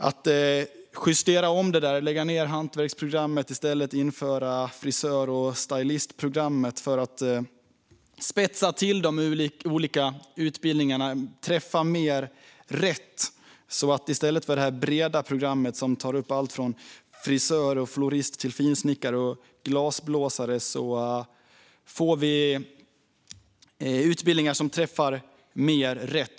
Att lägga ned hantverksprogrammet och i stället införa frisör och stylistprogrammet för att spetsa till de olika utbildningarna träffar mer rätt. I stället för det här breda programmet som tar upp allt från frisör och florist till finsnickare och glasblåsare får vi utbildningar som träffar mer rätt.